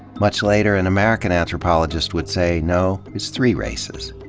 much later, an american anthropologist would say, no, it's three races.